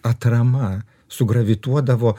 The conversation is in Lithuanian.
atrama sugravituodavo